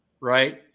right